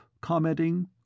commenting